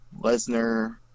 Lesnar